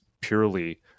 purely